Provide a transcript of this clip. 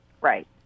Right